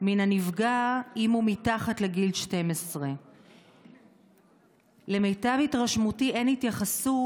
אם הוא מתחת לגיל 12. למיטב התרשמותי אין התייחסות